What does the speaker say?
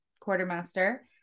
quartermaster